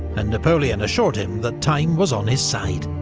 and napoleon assured him that time was on his side.